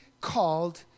called